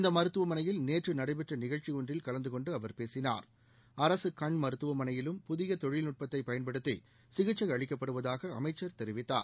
இந்த மருத்துவமனையில் நேற்று நடைபெற்ற நிகழ்ச்சியொன்றில் கலந்துகொண்டு அவர் பேசினார் கண் மருத்துவமனையிலும் புதிய தொழில்நுட்பத்தை பயன்படுத்தி சிகிச்சை அரச அளிக்கப்படுவதாக அமைச்சர் தெரிவித்தார்